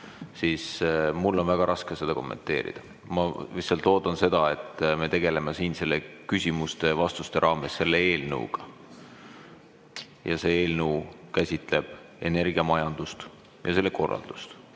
siis mul on väga raske seda kommenteerida. Ma lihtsalt loodan, et me tegeleme siin küsimuste-vastuste raames selle eelnõuga. See eelnõu käsitleb energiamajandust ja selle korraldust.